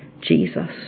Jesus